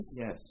Yes